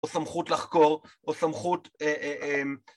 או סמכות לחקור או סמכות